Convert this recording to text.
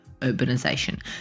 urbanization